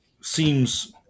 seems